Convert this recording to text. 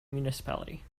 municipality